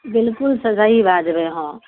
बिलकुल सही बाजबै हॅं